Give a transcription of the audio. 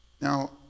now